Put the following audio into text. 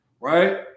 right